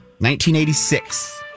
1986